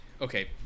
okay